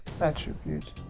attribute